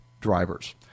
drivers